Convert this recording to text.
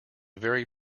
very